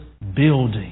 building